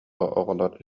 оҕолор